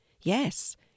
Yes